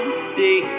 today